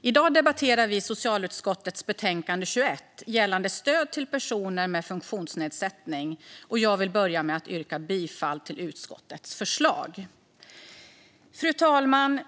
I dag debatterar vi socialutskottets betänkande 21 gällande stöd till personer med funktionsnedsättning. Jag vill börja med att yrka bifall till utskottets förslag. Fru talman!